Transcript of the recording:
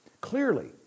Clearly